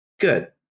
Good